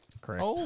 Correct